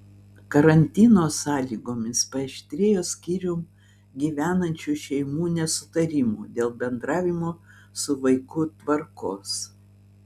karantino sąlygomis paaštrėjo skyrium gyvenančių šeimų nesutarimų dėl bendravimo su vaiku tvarkos